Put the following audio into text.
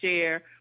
share